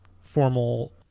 formal